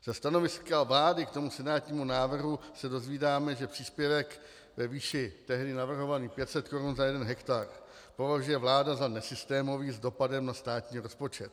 Ze stanoviska vlády k senátnímu návrhu se dozvídáme, že příspěvek ve výši tehdy navrhovaných 500 korun za jeden hektar považuje vláda za nesystémový s dopadem na státní rozpočet.